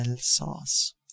sauce